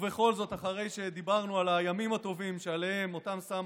ובכל זאת, אחרי שדיברנו על הימים הטובים שאותם שם